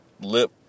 lip